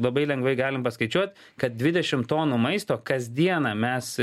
labai lengvai galim paskaičiuot kad dvidešimt tonų maisto kas dieną mes